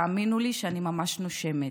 ותאמינו לי שאני ממש נושמת.